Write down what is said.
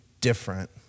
different